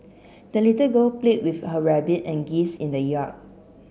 the little girl played with her rabbit and geese in the yard